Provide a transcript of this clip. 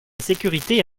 sécurité